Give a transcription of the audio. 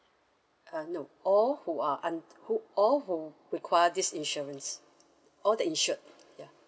uh no all who are un who all who require this insurance all the insured ya